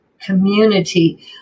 community